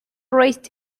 raised